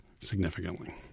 significantly